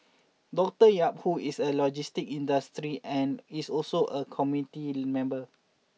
Doctor Yap who is in the logistics industry and is also a committee member